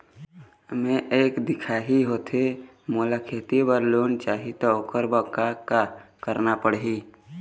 मैं एक दिखाही होथे मोला खेती बर लोन चाही त ओकर बर का का करना पड़ही?